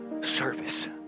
service